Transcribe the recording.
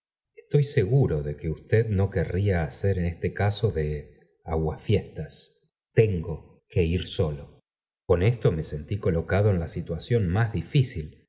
estoy seguro de que usted no querría hacer en este caso de aguafiestas tengo que ir solo kn me s entí co locado en la situación más difícil